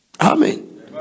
Amen